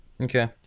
Okay